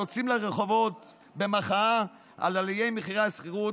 יוצאים לרחובות במחאה על עליית מחירי השכירות,